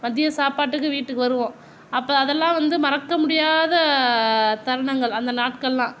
மதிய சாப்பாட்டுக்கு வீட்டுக்கு வருவோம் அப்போ அதெலாம் வந்து மறக்க முடியாத தருணங்கள் அந்த நாட்கள்லாம்